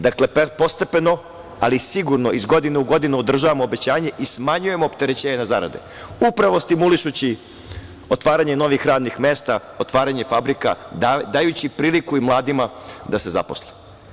Dakle, postepeno ali sigurno iz godine u godinu održavamo obećanje i smanjujemo opterećenje na zarade, upravo stimulišući otvaranje novih radnih mesta, otvaranje fabrika, dajući priliku i mladima da se zaposle.